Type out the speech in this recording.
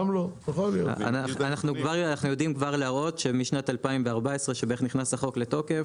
אנחנו יודעים כבר להראות שמשנת 2014 שבערך נכנס החוק לתוקף,